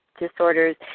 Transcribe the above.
disorders